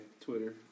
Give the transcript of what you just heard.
Twitter